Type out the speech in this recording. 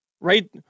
right